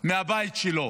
מהבית שלו